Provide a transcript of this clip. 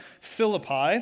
Philippi